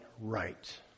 right